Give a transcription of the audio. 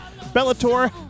Bellator